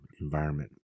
environment